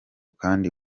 kandi